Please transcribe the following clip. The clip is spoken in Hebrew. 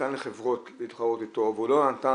נתן לחברות להתחרות איתו והוא לא נתן